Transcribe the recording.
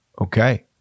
Okay